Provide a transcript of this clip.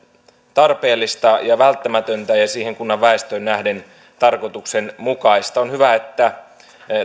tarpeellista ja välttämätöntä ja siihen kunnan väestöön nähden tarkoituksenmukaista on hyvä että